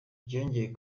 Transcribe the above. byongeye